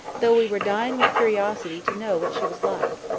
though we were dying with curiosity to know what she was like.